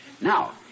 Now